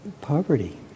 poverty